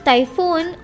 Typhoon